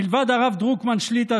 מלבד הרב דרוקמן שליטא,